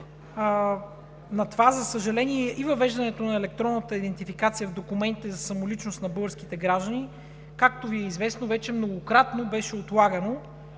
на това – и въвеждането на електронната идентификация в документите за самоличност на българските граждани, както Ви е известно вече, многократно беше отлагано